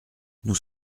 nous